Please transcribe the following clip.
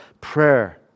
prayer